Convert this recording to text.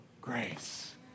grace